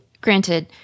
granted